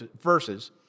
verses